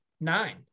nine